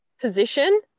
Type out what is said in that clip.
position